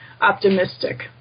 optimistic